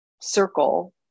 circle